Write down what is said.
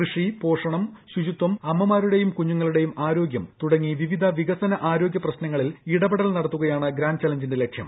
കൃഷി പോഷണം ശുചിത്വം അമ്മമാരുടെയും കുഞ്ഞുങ്ങളുടെയും ആരോഗ്യം തുടങ്ങി വിവിധ വികസന ആരോഗ്യ പ്രശ്നങ്ങളിൽ ഇടപെടൽ നടത്തുകയാണ് ഗ്രാൻഡ് ചലഞ്ചിന്റെ ലക്ഷ്യം